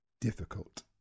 Difficult